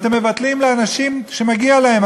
אתם מבטלים לאנשים שמגיע להם,